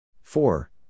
Four